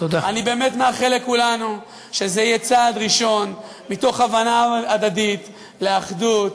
אני באמת מאחל לכולנו שזה יהיה צעד ראשון מתוך הבנה הדדית לאחדות,